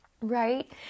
right